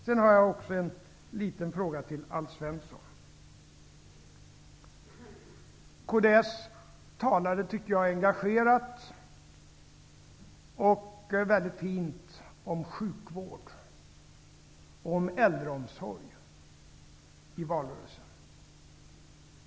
Jag har också en liten fråga till Alf Svensson. Kds talade, tycker jag, engagerat och väldigt fint om sjukvård och om äldreomsorg i valrörelsen.